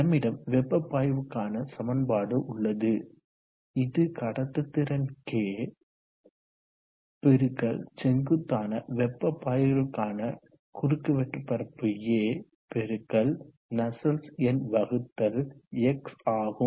நம்மிடம் வெப்ப பாய்வுக்கான சமன்பாடு உள்ளது இது கடத்து திறன் K பெருக்கல் செங்குத்தான வெப்ப பாய்விற்கான குறுக்கு வெட்டு பரப்பு A பெருக்கல் நஸ்சல்ட்ஸ் எண் வகுத்தல் X ஆகும்